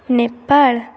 Nepal